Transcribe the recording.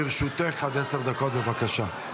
לרשותך עד עשר דקות, בבקשה.